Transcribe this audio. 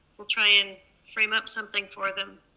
we'll try and frame up something for them.